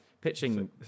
pitching